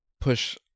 push